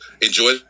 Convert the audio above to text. enjoy